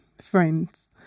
friends